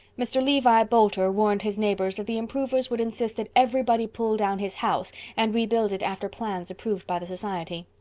mr. levi boulter warned his neighbors that the improvers would insist that everybody pull down his house and rebuild it after plans approved by the society.